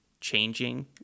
changing